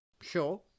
Sure